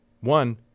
One